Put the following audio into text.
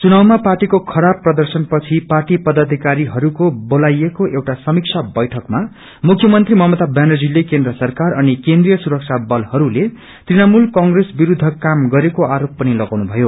चुनावमा पार्टीको खराब प्रर्दशनपछि पार्टी पदाषिकारीहरूको बोलाइएको एउटा समीक्षा बैठकमा मुख्यमंत्री ममता व्यानर्जीले केन्द्र सरकार अनि केन्द्रिय सुरक्षा बलहस्ले तृणमूल कंग्रेस विरूद्ध काम गरेको आरोप पनि लगाउनुभयो